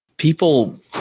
People